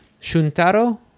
Shuntaro